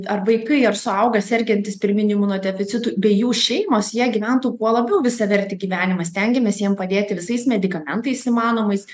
ar vaikai ar suaugę sergantys pirminiu imunodeficitu bei jų šeimos jie gyventų kuo labiau visavertį gyvenimą stengiamės jiem padėti visais medikamentais įmanomais